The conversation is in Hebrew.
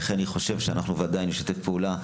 לכן אני חושבת שאנחנו כוועדה נשתף פעולה,